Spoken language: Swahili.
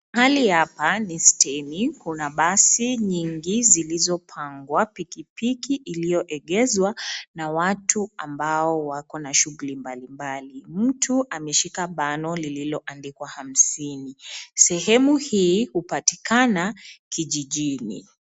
Hali hapa ni stani. Kuna basi nyingi zilizopangwa, pikipiki iliyoegezwa na watu ambao wako na shughuli mbalimbali. Mtu ameshika bano lililoandikwa hamsini. Sehemu hii hupatikana kijijini.